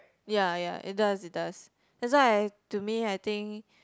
ya ya it does it does that's why I to me I think